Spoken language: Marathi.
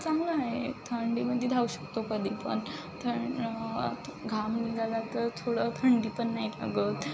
चांगलं आहे थंडीमध्ये धावू शकतो कधी पण थं घाम निघाला तर थोडं थंडी पण नाही लागत